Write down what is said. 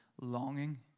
longing